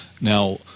Now